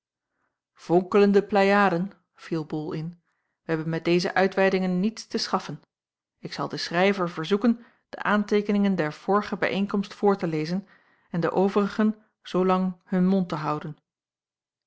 vonkelende pleiaden viel bol in wij hebben met deze uitweidingen niets te schaffen ik zal den schrijver verzoeken de aanteekeningen der vorige bijeenkomst voor te lezen en de overigen zoolang hun mond te houden